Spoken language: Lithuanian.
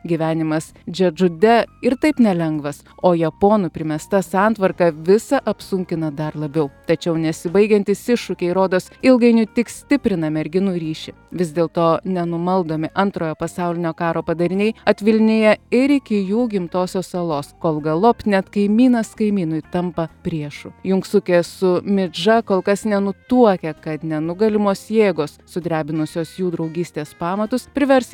gyvenimas džedžude ir taip nelengvas o japonų primesta santvarka visa apsunkina dar labiau tačiau nesibaigiantys iššūkiai rodos ilgainiui tik stiprina merginų ryšį vis dėl to nenumaldomi antrojo pasaulinio karo padariniai atvilnija ir iki jų gimtosios salos kol galop net kaimynas kaimynui tampa priešu junksukė su midža kol kas nenutuokia kad nenugalimos jėgos sudrebinusios jų draugystės pamatus privers